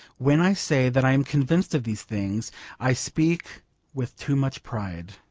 when i say that i am convinced of these things i speak with too much pride.